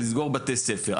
לסגור בתי ספר,